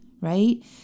right